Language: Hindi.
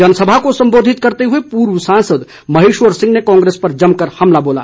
जनसभा को संबोधित करते हुए पूर्व सांसद महेश्वर सिंह ने कांग्रेस पर जमकर हमला बोला